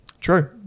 True